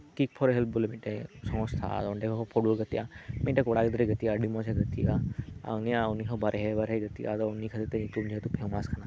ᱠᱤᱠ for help ᱵᱚᱞᱮ ᱢᱤᱫᱴᱮᱱ ᱥᱚᱝᱚᱥᱛᱷᱟ ᱟᱫᱚ ᱠᱷᱚᱱ ᱜᱮ ᱯᱷᱩᱴᱵᱚᱞ ᱠᱚ ᱜᱟᱛᱤᱜᱼᱟ ᱢᱤᱫᱴᱮᱱ ᱠᱚᱲᱟ ᱜᱤᱫᱽᱨᱟᱹᱭ ᱜᱟᱛᱤᱜᱼᱟ ᱟᱹᱰᱤ ᱢᱚᱸᱡᱽ ᱮ ᱜᱟᱛᱤᱜᱼᱟ ᱩᱱᱤ ᱦᱚᱸ ᱵᱟᱨᱦᱮ ᱵᱟᱨᱦᱮᱭ ᱜᱟᱛᱤᱜᱼᱟ ᱟᱫᱚ ᱚᱱᱟ ᱠᱷᱟᱹᱛᱤᱨ ᱛᱮᱜᱮ ᱧᱩᱛᱩᱢ ᱯᱷᱮᱢᱟᱥ ᱟᱠᱟᱱᱟ